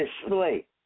display